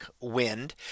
wind